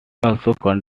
contains